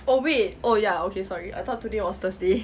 oh wait oh ya okay sorry I thought today was thursday